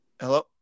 Hello